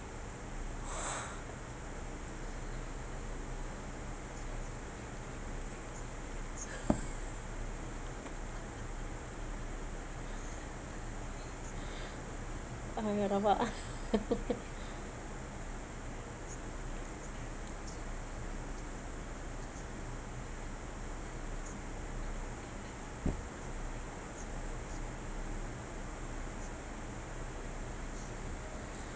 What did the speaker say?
oh my god rabak ah